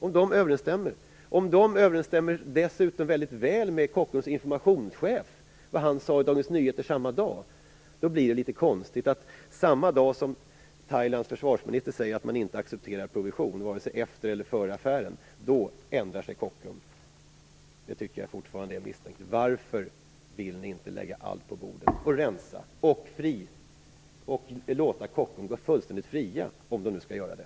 Om de överensstämmer, och om de dessutom överensstämmer med vad Kockums informationschef sade i Dagens Nyheter samma dag, blir det litet konstigt att Kockums ändrar sig samma dag som Thailands försvarsminister säger att man inte accepterar provision vare sig efter eller före affären. Det tycker jag fortfarande är misstänkt. Varför vill ni inte lägga allt på bordet, rensa och låta de ansvariga på Kockums gå fullständigt fria - om de nu skall göra det?